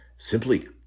Simply